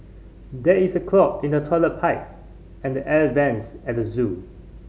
there is a clog in the toilet pipe and the air vents at the zoo